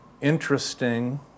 interesting